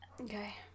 Okay